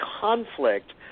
conflict